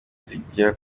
zigira